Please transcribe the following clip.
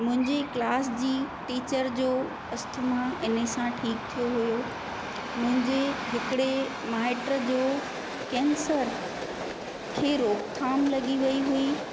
मुंहिंजी क्लास जी टीचर जो अस्थमा इन सां ठीकु थियो हुयो मुंहिंजे हिकिड़े माइट जो केंसर खे रोकथाम लॻी वई हुई